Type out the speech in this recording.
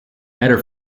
better